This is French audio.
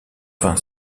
vingt